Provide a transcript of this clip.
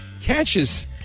catches